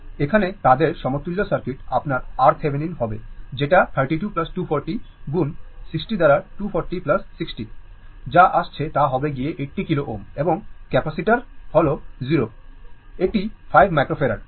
এখন তাদের সমতুল্য সার্কিট আপনার RThevenin হবে যেটা 32 240 গুণ 60 দ্বারা 240 60 যা আসছে তা হবে গিয়ে 80 kilo Ω এবং ক্যাপাসিটার হল 0 এটি 5 মাইক্রোফারাড